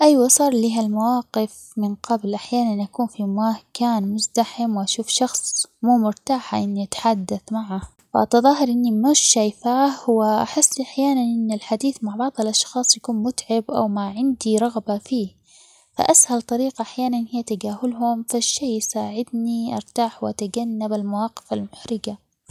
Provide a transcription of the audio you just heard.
أيوا صار لي هالمواقف من قبل، أحياناً أكون في مكان مزدحم وأشوف شخص مو مرتاحة إني أتحدث معه فأتظاهر إني مش شايفاه وأحس أحياناً إنو الحديث مع بعض الأشخاص يكون متعب أو ما عندي رغبة فيه فأسهل طريقة أحياناً هي تجاهلهم فالشي يساعدني أرتاح وأتجنب المواقف المحرجة.